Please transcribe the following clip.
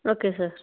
okay sir